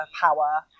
power